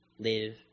live